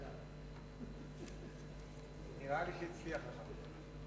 מס' 120) (זכאות לגמלת סיעוד למבוטח שאושפז),